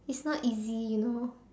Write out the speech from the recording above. it's not easy you know